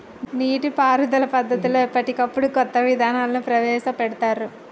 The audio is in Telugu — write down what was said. నీటి పారుదల పద్దతులలో ఎప్పటికప్పుడు కొత్త విధానాలను ప్రవేశ పెడుతాన్రు